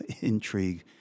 intrigue